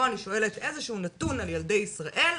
אני שואלת איזשהו נתון על ילדי ישראל,